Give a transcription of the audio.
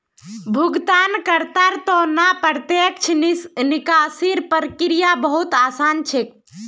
भुगतानकर्तार त न प्रत्यक्ष निकासीर प्रक्रिया बहु त आसान छेक